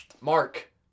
Mark